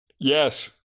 Yes